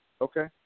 Okay